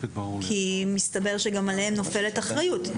כי מסתבר שגם עליהם נופלת האחריות.